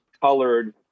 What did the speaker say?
colored